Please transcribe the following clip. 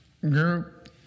group